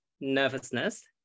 nervousness